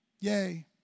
yay